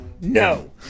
No